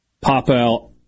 pop-out